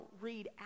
read